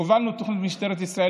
הובלנו תוכנית במשטרת ישראל,